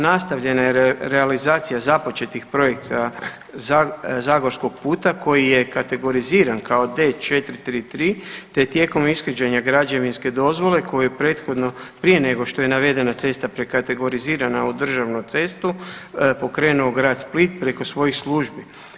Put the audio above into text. Nastavljena je realizacija započetih projekta zagorskog puta koji je kategoriziran kao D433, te je tijekom ishođenja građevinske dozvole koju je prethodno prije nego što je navedena cesta prekategorizirana u državnu cestu pokrenuo grad Split preko svojih službi.